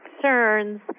concerns